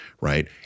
right